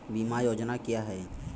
बीमा योजना क्या है?